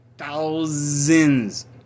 thousands